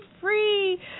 free